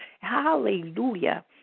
Hallelujah